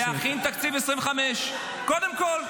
-- להכין את תקציב 2025, קודם כול.